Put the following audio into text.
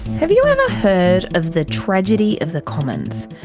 have you ever heard of the tragedy of the commons?